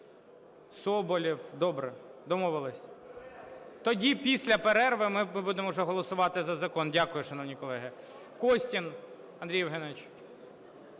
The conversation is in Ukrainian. Соболєв. Добре, домовились. Тоді після перерви ми будемо уже голосувати за закон. Дякую, шановні колеги.